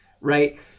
right